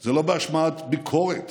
זה לא בהשמעת ביקורת